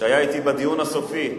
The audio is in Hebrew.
שהיה אתי בדיון הסופי,